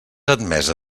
admesa